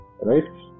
right